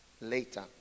later